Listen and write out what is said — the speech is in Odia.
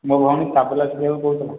ମୋ ଭଉଣୀ ତାବେଲା ଶିଖିବାକୁ କହୁଥିଲା